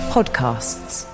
Podcasts